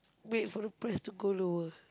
wait for the price to go lower